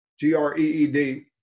G-R-E-E-D